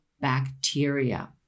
bacteria